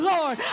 Lord